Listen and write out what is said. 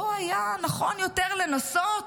לא היה נכון יותר לנסות